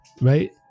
right